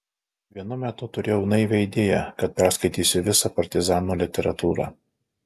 vienu metu turėjau naivią idėją kad perskaitysiu visą partizanų literatūrą